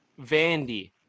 Vandy